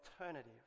alternative